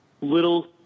little